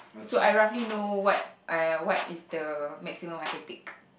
so I roughly know what I what is the maximum I can take